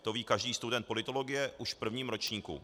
To ví každý student politologie už v prvním ročníku.